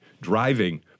driving